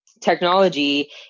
technology